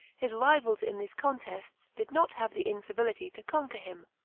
his rivals in these contests did not have the incivility to conquer him,